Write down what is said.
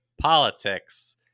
politics